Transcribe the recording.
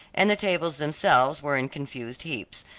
and the tables themselves were in confused heaps.